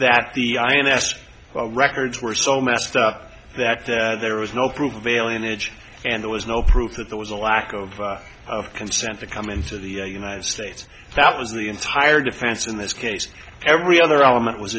that the ins records were so messed up that there was no proof of alien edge and there was no proof that there was a lack of consent to come into the united states that was the entire defense in this case every other element was